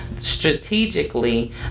strategically